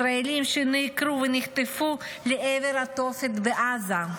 ישראלים שנעקרו ונחטפו לעבר התופת בעזה.